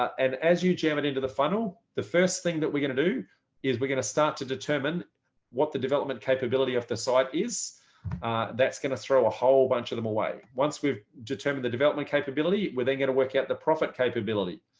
and as you jam it into the the first thing that we're going to do is we're going to start to funnel, determine what the development capability of the site is that's going to throw a whole bunch of them away. once we've determined the development capability, we're then going to work out the profit capability.